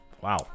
Wow